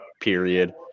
period